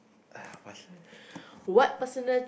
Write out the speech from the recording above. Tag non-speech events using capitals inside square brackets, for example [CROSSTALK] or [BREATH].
!aiya! pass lah [BREATH]